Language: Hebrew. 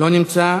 לא נמצא.